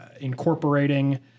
incorporating